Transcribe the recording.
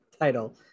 title